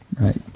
Right